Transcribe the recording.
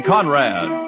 Conrad